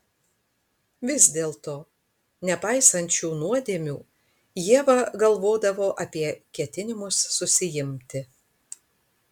vis dėlto nepaisant šių nuodėmių ieva galvodavo apie ketinimus susiimti